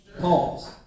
Pause